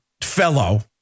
fellow